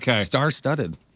star-studded